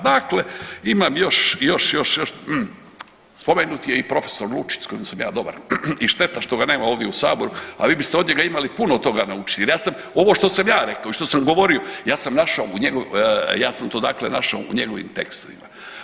Dakle, imam još, još, još, hmm spomenut je i prof. Lučić s kojim sam ja dobar i šteta što ga nema ovdje u saboru, a vi biste od njega imali puno toga naučiti jer ja sam ovo što sam ja rekao i što sam govorio ja sam našao u njegovim, ja sam to dakle našao u njegovim tekstovima.